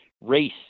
race